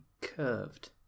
curved